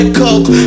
coke